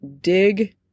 dig